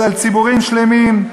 על ציבורים שלמים.